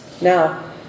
Now